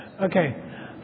Okay